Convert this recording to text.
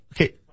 Okay